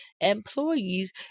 employees